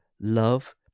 love